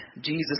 Jesus